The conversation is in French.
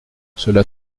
cela